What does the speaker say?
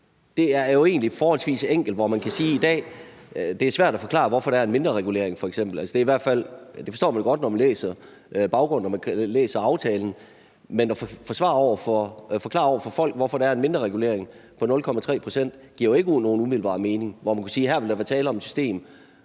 egentlig forholdsvis enkelt, hvor man i dag kan sige, at det er svært at forklare, hvorfor der f.eks. er en mindreregulering. Man forstår jo godt baggrunden, når man læser aftalen, men at forklare over for folk, hvorfor der er en mindreregulering på 0,3 pct., giver ikke nogen umiddelbar mening, hvor man kan sige, at her er der i hvert fald tale om et system,